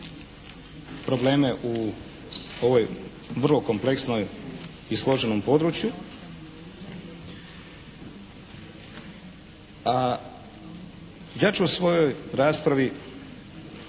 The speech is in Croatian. probleme u ovoj vrlo kompleksnom i složenom području. A ja ću u svojoj raspravi